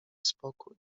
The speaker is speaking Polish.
spokój